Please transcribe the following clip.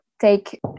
take